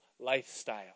lifestyle